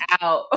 out